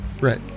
Right